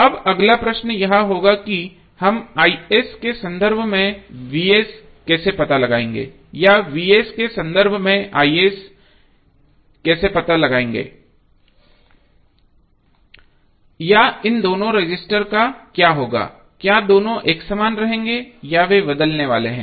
अब अगला प्रश्न यह होगा कि हम के संदर्भ में कैसे पता लगाएंगे या के संदर्भ में है या इन दो रजिस्टर का क्या होगा क्या दोनों एक समान रहेंगे या वे बदलने वाले हैं